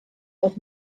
aus